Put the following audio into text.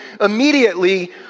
immediately